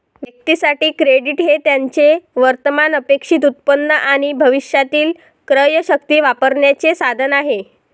व्यक्तीं साठी, क्रेडिट हे त्यांचे वर्तमान अपेक्षित उत्पन्न आणि भविष्यातील क्रयशक्ती वापरण्याचे साधन आहे